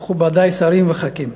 מכובדי, שרים וחברי הכנסת,